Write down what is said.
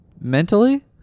mentally